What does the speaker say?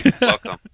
Welcome